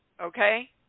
Okay